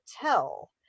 tell